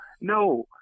no